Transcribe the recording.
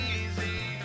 easy